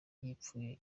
yifuje